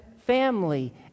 family